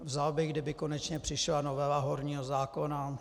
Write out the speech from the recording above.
Vzal bych, kdyby konečně přišla novela horního zákona.